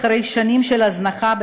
אחרי שנים של הזנחה,